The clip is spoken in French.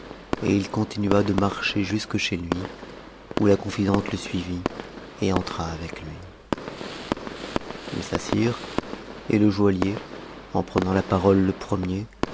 et il continua de n'chpr jusque chez lui où la confidente le suivit et entra avec lui ils s'assirent et lc joaillier en prenant ta paro e le premier